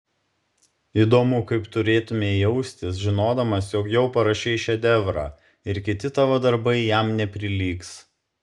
įdomu kaip turėtumei jaustis žinodamas jog jau parašei šedevrą ir kiti tavo darbai jam neprilygs